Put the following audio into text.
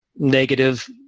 Negative